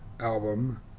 album